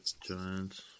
Giants